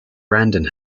random